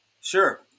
Sure